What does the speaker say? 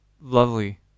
lovely